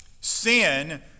sin